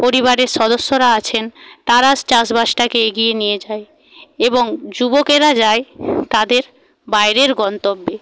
পরিবারের সদস্যরা আছেন তারা চাষবাসটাকে এগিয়ে নিয়ে যায় এবং যুবকেরা যায় তাদের বাইরের গন্তব্যে